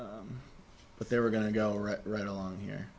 it but they were going to go right along here